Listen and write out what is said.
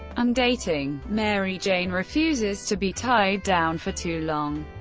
and dating, mary jane refuses to be tied down for too long.